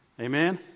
Amen